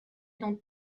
dans